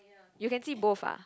you can see both ah